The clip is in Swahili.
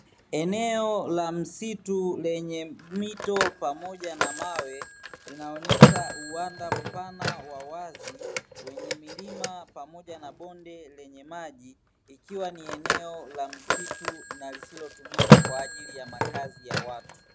Eneo la msitu lenye miti pamoja na mawe, inaonyesha uwanda mpana wa wazi wenye milima pamoja na bonde lenye maji ikiwa ni eneo la msitu na lisilotumika kwa ajili ya makazi ya watu.